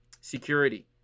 security